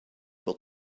will